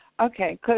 Okay